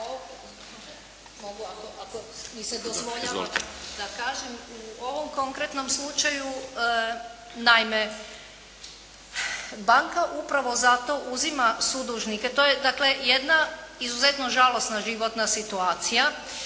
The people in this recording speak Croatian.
Izvolite. **Lovrin, Ana (HDZ)** U ovom konkretnom slučaju, naime banka upravo zato uzima sudužnike. To je dakle jedna izuzetno žalosna životna situacija.